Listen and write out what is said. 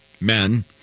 men